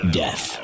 death